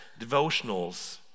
devotionals